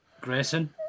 Grayson